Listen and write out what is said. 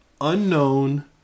unknown